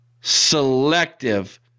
selective